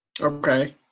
Okay